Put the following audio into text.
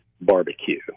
barbecue